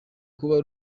kuba